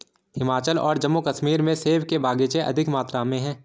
हिमाचल और जम्मू कश्मीर में सेब के बगीचे अधिक मात्रा में है